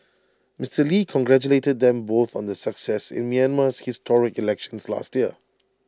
Mister lee congratulated them both on their success in Myanmar's historic elections last year